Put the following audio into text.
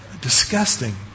Disgusting